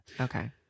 okay